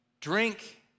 drink